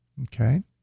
Okay